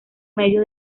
medio